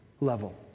level